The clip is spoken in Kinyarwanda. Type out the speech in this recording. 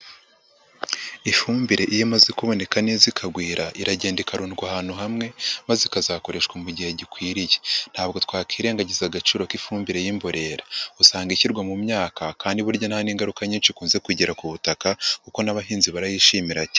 Ifumbire iyo imaze kuboneka neza ikagwira, iragenda ikarundwa ahantu hamwe maze ikazakoreshwa mu gihe gikwiriye, ntabwo twakwirengagiza agaciro k'ifumbire y'imborera, usanga ishyirwa mu myaka kandi burya nta n'ingaruka nyinshi ikunze kugira ku butaka kuko n'abahinzi barayishimira cya ...